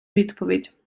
відповідь